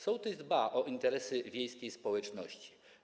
Sołtys dba o interesy wiejskiej społeczności.